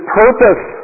purpose